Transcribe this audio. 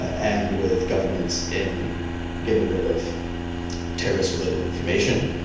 and with governments in getting rid of terrorist-related information.